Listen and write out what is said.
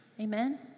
Amen